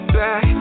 back